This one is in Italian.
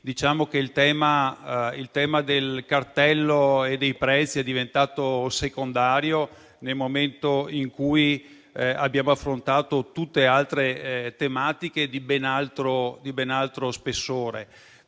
diciamo che il tema del cartello dei prezzi è diventato secondario nel momento in cui abbiamo affrontato altre tematiche di ben altro spessore.